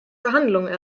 verhandlungen